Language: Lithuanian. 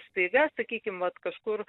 staiga sakykim vat kažkur